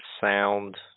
sound